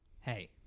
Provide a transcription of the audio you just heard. Hey